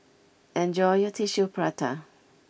enjoy your Tissue Prata